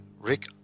Rick